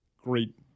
Great